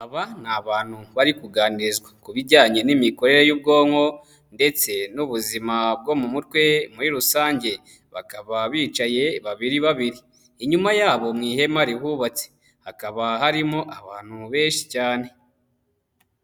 Aba nii abantu bari kuganirizwa, ku bijyanye n'imikorere y'ubwonko ndetse n'ubuzima bwo mu mutwe muri rusange, bakaba bicaye babiri babiri, inyuma yabo mu ihema rihubatse hakaba harimo abantu benshi cyane.